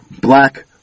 black